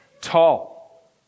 tall